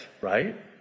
right